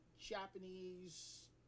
japanese